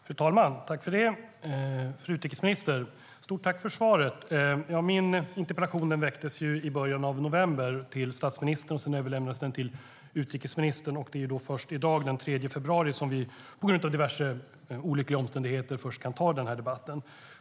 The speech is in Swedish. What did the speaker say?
Fru talman! Stort tack för svaret, fru utrikesminister! Min interpellation till statsministern väcktes i början av november, och sedan överlämnades den till utrikesministern. Det är först i dag, den 3 februari, som vi på grund av diverse olyckliga omständigheter kan ta debatten.